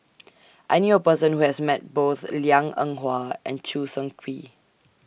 I knew A Person Who has Met Both Liang Eng Hwa and Choo Seng Quee